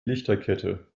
lichterkette